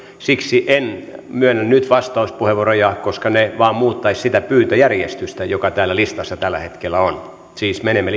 siksi en myönnä nyt vastauspuheenvuoroja koska ne vain muuttaisivat sitä pyyntöjärjestystä joka täällä listassa tällä hetkellä on siis menemme